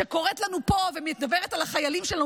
שקוראת לנו פה ומדברת על החיילים שלנו